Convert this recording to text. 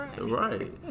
right